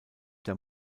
der